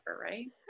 Right